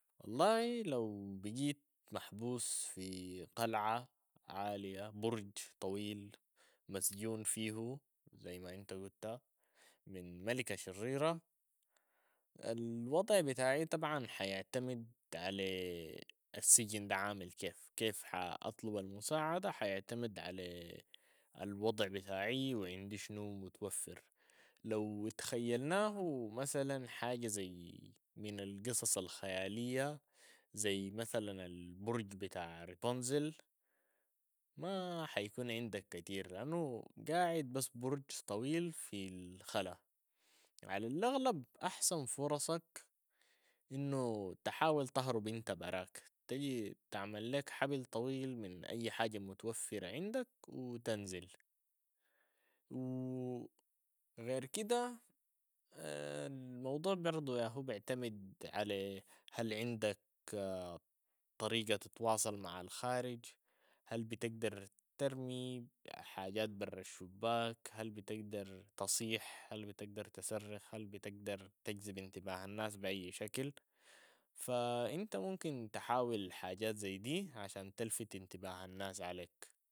والله لو بقيت محبوس في قلعة عالية، برج طويل مسجون فيو زي ما انت قلت من ملكة شريرة، الوضع بتاعي طبعا حيعتمد على السجن ده عامل كيف، كيف حاطلب المساعدة حيعتمد على الوضع بتاعي و عندي شنو متوفر، لو اتخيلناهو مثلا حاجة زي من القصص الخيالية زي مثلا البرج بتاع ريبونزل، ما حيكون عندك كتير، لأنو قاعد بس برج طويل في الخلا، على الأغلب احسن فرصك أنو تحاول تهرب انت براك تجي تعمل ليك حبل طويل من أي حاجة متوفر عندك وتنزل و غير كده ال- الموضوع برضو ياهو بعتمد على هل عندك طريقة تتواصل مع الخارج، هل بتقدر ترمي حاجات برا الشباك، هل بتقدر تصيح، هل بتقدر تصرخ، هل بتقدر تجزب انتباه الناس باي شكل، فا- انت ممكن تحاول حاجات زي دي عشان تلفت انتباه الناس عليك،